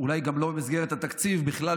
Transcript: אולי גם לא במסגרת התקציב אלא בכלל,